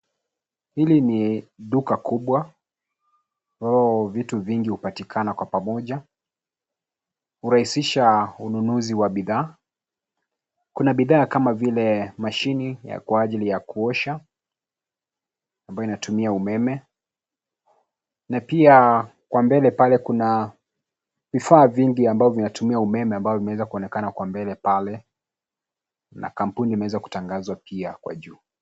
Hili ni duka kubwa ambalo vitu vingi hupatikana kwa pamoja kurahisisha ununuzi wa bidhaa. Kuna bidhaa kama vile mashini ya kwa ajili ya kuosha ambayo inatumia umeme na pia kwa mbele pale kuna vifaa vingi ambavyo vinatumia umeme ambavyo vinaonekana kwa mbele pale na kampuni imeweza kutangazwa pia kwa juu.